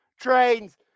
trains